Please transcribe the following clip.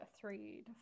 three